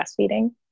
Breastfeeding